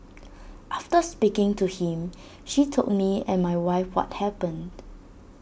after speaking to him she told me and my wife what happened